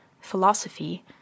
Philosophy